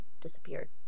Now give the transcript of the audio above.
disappeared